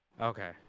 Okay